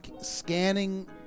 scanning